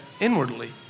inwardly